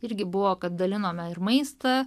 irgi buvo kad dalinome ir maistą